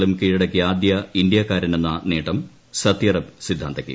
ങ്ങളും കീഴടക്കിയ ആദ്യ ഇന്ത്യാക്കാരനെന്ന നേട്ടം സത്യറപ് സിദ്ധാന്തയ്ക്ക്